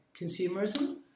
consumerism